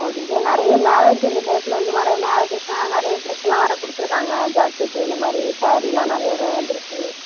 ஓ இங்கேயே நிறைய மேரேஜ் இந்த டேட்டில் வந்து நிறைய மேரேஜ் இருக்கறனால நிறைய ட்ரெஸெல்லாம் வேறு கொடுத்துருக்காங்க ஜாக்கெட்டு இந்த மாதிரி சேரியெல்லாம் நிறையா ரு வந்துருக்கு